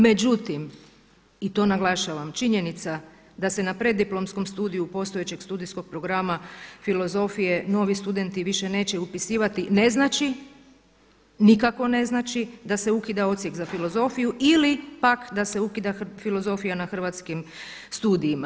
Međutim i to naglašavam, činjenica da se na Preddiplomskom studiju postojećeg studijskog programa filozofije novi studenti više neće upisivati ne znači nikako ne znači da se ukida Odsjek za filozofiju ili pak da se ukida filozofija na Hrvatskim studijima.